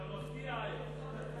אתה מפתיע היום.